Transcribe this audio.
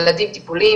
ילדים טיפוליים,